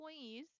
employees